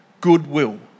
goodwill